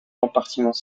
compartiments